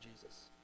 Jesus